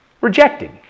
Rejected